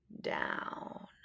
down